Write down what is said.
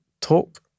talk